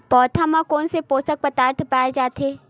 पौधा मा कोन से पोषक पदार्थ पाए जाथे?